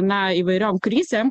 na įvairiom krizėm